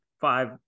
five